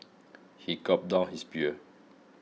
he gulped down his beer